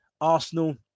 Arsenal